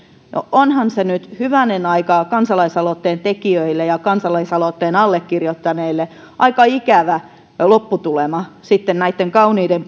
onhan tämä nyt hyvänen aika kansalaisaloitteen tekijöille ja kansalaisaloitteen allekirjoittaneille aika ikävä lopputulema näitten kauniiden